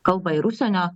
kalba ir užsienio